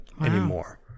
anymore